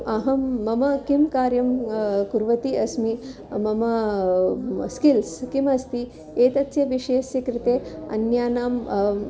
अहं मम किं कार्यं कुर्वन्ती अस्मि मम स्किल्स् किमस्ति एतस्य विषयस्य कृते अन्यानाम्